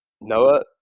Noah